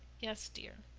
yes, dear.